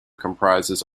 comprises